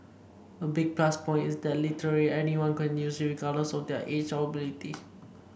a big plus point is that literally anyone can use it regardless of their age or ability